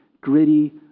gritty